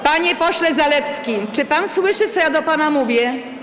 Panie pośle Zalewski, czy pan słyszy, co ja do pana mówię?